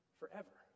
forever